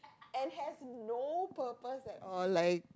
and has no purpose at all like